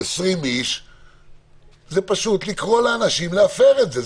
על 20 איש זה פשוט לקרוא לאנשים להפר את זה,